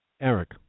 Eric